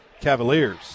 cavaliers